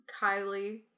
Kylie